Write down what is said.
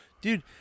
Dude